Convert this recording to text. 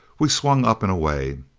we swung up and away.